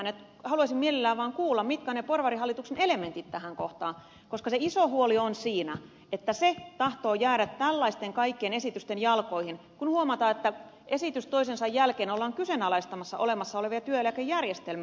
haluaisin mielelläni vaan kuulla mitkä ovat ne porvarihallituksen elementit tähän kohtaan koska se iso huoli on siinä että se tahtoo jäädä tällaisten kaikkien esitysten jalkoihin kun huomataan että esityksessä toisensa jälkeen ollaan kyseenalaistamassa olemassa olevia työeläkejärjestelmiä